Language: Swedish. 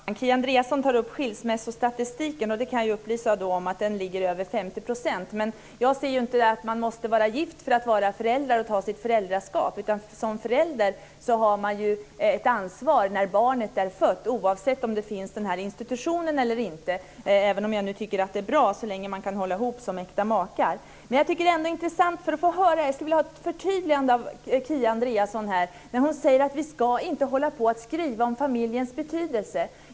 Fru talman! Kia Andreasson tar upp skilsmässostatistiken. Jag kan upplysa om att skilsmässofrekvensen är över 50 %. Men jag anser inte att man måste vara gift för att vara förälder och ta sitt föräldraansvar. Jag tycker att man som förälder har ett ansvar när barnet är fött oavsett om denna institution finns eller inte, även om jag tycker att det är bra så länge man kan hålla ihop som äkta makar. Jag skulle vilja ha ett förtydligande av Kia Andreasson. Jag tycker att det är intressant att höra att hon säger att vi inte ska fortsätta att skriva om familjens betydelse.